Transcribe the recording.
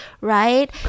right